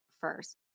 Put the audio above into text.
first